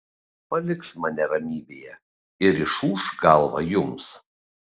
paliks mane ramybėje ir išūš galvą jums